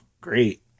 great